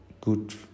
good